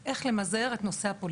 הוא איך למזער את נושא הפוליגמיה.